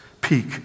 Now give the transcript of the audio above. peak